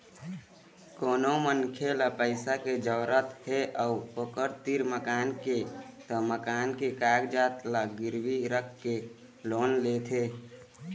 कोनो मनखे ल पइसा के जरूरत हे अउ ओखर तीर मकान के त मकान के कागजात ल गिरवी राखके लोन लेथे